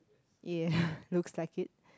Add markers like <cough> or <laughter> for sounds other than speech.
ya <breath> looks like it